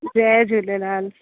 Jay Jhulelal